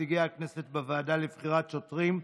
כנציגי הכנסת בוועדה לבחירת שופטים,